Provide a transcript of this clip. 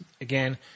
again